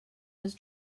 was